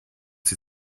sie